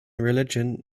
religion